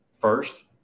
first